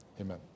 Amen